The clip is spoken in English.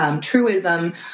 Truism